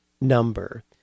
number